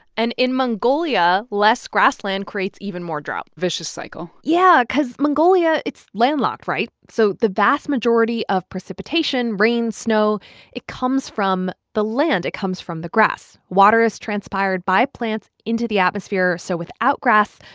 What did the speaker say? and in mongolia, less grassland creates even more drought vicious cycle yeah, because mongolia, it's landlocked, right? so the vast majority of precipitation rain, snow it comes from the land. it comes from the grass. water is transpired by plants into the atmosphere. so without grass,